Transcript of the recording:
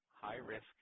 high-risk